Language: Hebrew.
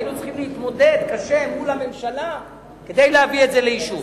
היינו צריכים להתמודד קשה מול הממשלה כדי להביא את זה לאישור.